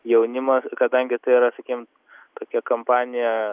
jaunimas kadangi tai yra sakykim tokia kampanija